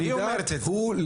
היא אומרת את זה.